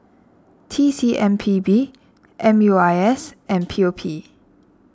T C M P B M U I S and P O P